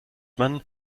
man